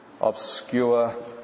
obscure